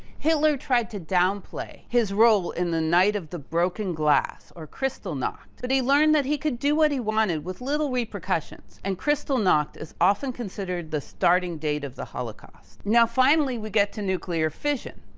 hitler tried to downplay his role in the night of the broken glass or kristallnacht. but he learned that he could do what he wanted with little repercussions and kristallnacht is often considered the starting date of the holocaust. now finally, we get to nuclear fission.